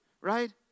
Right